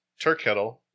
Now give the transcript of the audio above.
Turkettle